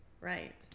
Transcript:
Right